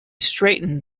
straightened